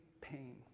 pain